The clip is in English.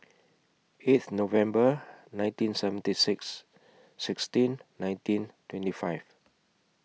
eighth November nineteen seventy six sixteen nineteen twenty five